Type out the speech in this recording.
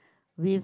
with